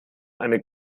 eine